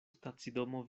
stacidomo